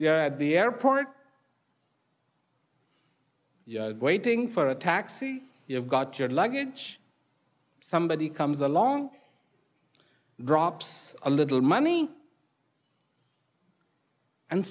time the airport waiting for a taxi you've got your luggage somebody comes along drops a little money and